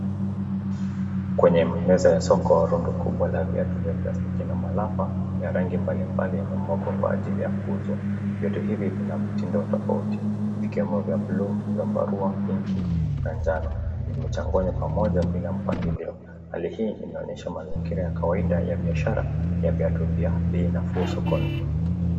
Kwenye meza ya soko rundu kubwa la viatu vya plastiki na malapa ya rangi mbali mbali yamemwagwa kwa ajali ya kuuzwa viatu hivi vina mtindo tofauti vikiwemo vya buluu, zambarua ,pinki na njano vimechanganywa pamoja bila mpangilio hali hii inaonyesha mazingira ya kawaida ya biashara ya viatu vya bei nafuu sokoni.